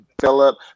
Philip